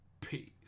Peace